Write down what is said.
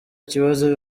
kibazo